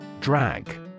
Drag